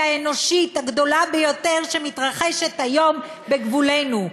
האנושית הגדולה ביותר שמתחרשת היום בגבולנו.